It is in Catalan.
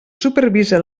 supervisa